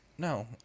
No